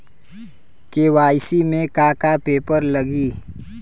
KYC में का का पेपर लगी?